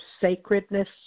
sacredness